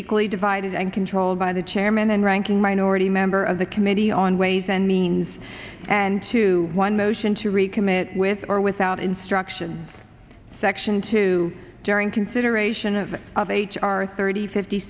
equally divided and controlled by the chairman and ranking minority member of the committee on ways and means and two one motion to recommit with or without instruction section two during consideration of of h r thirty fifty